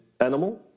animal